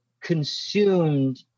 consumed